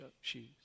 shoes